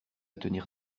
tenir